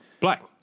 Black